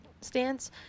stance